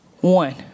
One